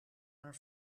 haar